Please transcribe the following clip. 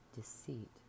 deceit